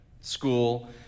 school